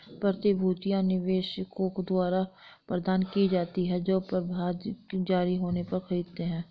प्रतिभूतियां निवेशकों द्वारा प्रदान की जाती हैं जो प्रारंभिक जारी होने पर खरीदते हैं